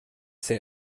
say